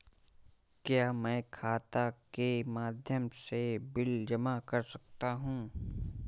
क्या मैं खाता के माध्यम से बिल जमा कर सकता हूँ?